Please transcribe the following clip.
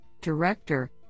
Director